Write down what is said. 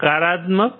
નકારાત્મક